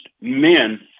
men